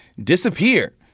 disappear